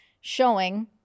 showing-